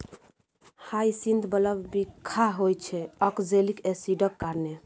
hyacinth bulb बिखाह होइ छै आक्जेलिक एसिडक कारणेँ